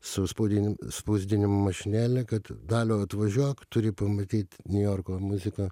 su spaudinėm spausdinimo mašinėle kad daliau atvažiuok turi pamatyt niujorko muziką